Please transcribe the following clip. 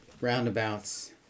roundabouts